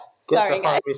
Sorry